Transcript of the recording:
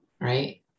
right